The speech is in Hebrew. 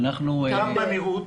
גם בנראות,